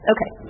Okay